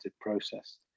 process